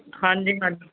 ਹਾਂਜੀ ਹਾਂਜੀ